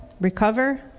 recover